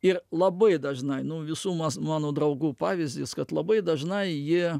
ir labai dažnai nu visų mas mano draugų pavyzdis kad labai dažnai jie